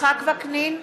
יצחק וקנין,